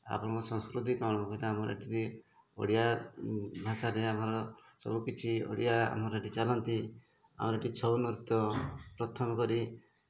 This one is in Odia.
ଆପଣଙ୍କର ସଂସ୍କୃତି କ'ଣ ବୋଇଲେ ଆମର ଏଠି ଓଡ଼ିଆ ଭାଷାରେ ଆମର ସବୁକିଛି ଓଡ଼ିଆ ଆମର ଏଠି ଚାଲନ୍ତି ଆମର ଏଠି ଛଉ ନୃତ୍ୟ ପ୍ରଥମ କରି